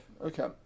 Okay